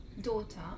daughter